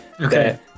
Okay